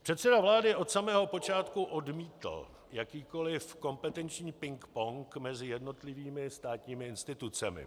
Předseda vlády od samého počátku odmítal jakýkoliv kompetenční pingpong mezi jednotlivými státními institucemi.